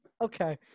okay